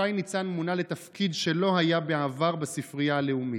שי ניצן מונה לתפקיד שלא היה בעבר בספרייה הלאומית.